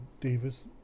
Davis